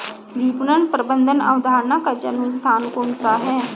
विपणन प्रबंध अवधारणा का जन्म स्थान कौन सा है?